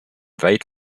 weit